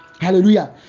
Hallelujah